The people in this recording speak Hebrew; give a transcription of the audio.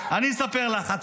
אז אני אספר לך, טלי גוטליב.